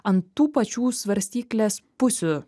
ant tų pačių svarstyklės pusių